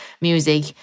music